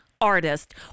artist